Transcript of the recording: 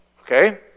Okay